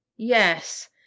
Yes